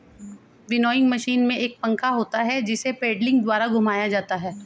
winnowing machine में एक पंखा होता है जिसे पेडलिंग द्वारा घुमाया जाता है